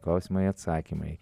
klausimai atsakymai